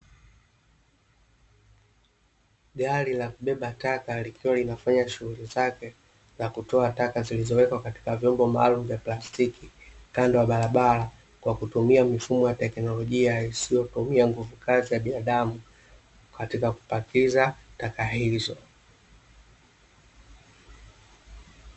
Gari la kubeba taka likiwa linafanya shughuli zake za kutoa taka zilizowekwa katika vyombo maalumu vya plastiki, kando ya barabara kwa kutumia mifumo ya teknolojia isiyotumia nguvu kazi ya binadamu katika kupakiza taka hizo.